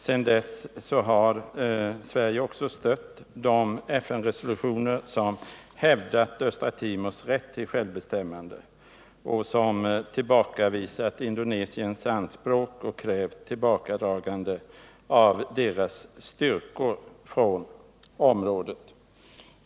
Sedan dess har Sverige också stött de FN-resolutioner som hävdat Östra Timors rätt till självbestämmande och som tillbakavisat Indonesiens anspråk och föreskrivit tillbakadragande av dess styrkor från området.